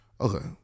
Okay